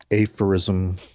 aphorism